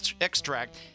extract